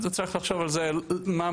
צריך לחשוב מה המקורות.